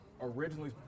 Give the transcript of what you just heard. originally